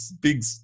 big